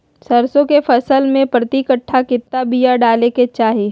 सरसों के फसल में प्रति कट्ठा कितना बिया डाले के चाही?